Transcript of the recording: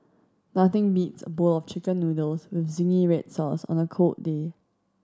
nothing beats a bowl of Chicken Noodles with zingy red sauce on a cold day